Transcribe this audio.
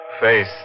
face